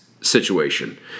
situation